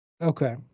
Okay